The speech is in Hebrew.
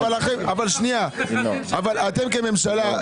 אבל אתם כממשלה,